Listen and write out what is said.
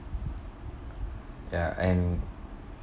ya and